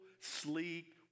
sleek